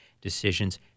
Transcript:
decisions